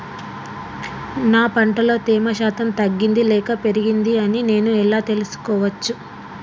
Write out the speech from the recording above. నా పంట లో తేమ శాతం తగ్గింది లేక పెరిగింది అని నేను ఎలా తెలుసుకోవచ్చు?